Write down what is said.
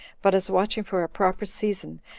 but as watching for a proper season,